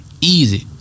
Easy